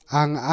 ang